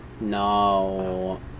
No